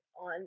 on